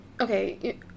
okay